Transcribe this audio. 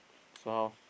so how